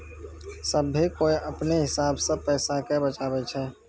सभ्भे कोय अपनो हिसाब से पैसा के बचाबै छै